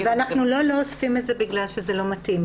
ואנחנו לא לא אוספים את זה בגלל שזה לא מתאים,